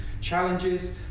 challenges